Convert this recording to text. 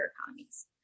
economies